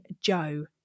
Joe